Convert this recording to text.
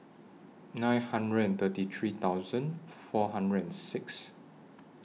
nine hundred thirty three thousand four hundred and six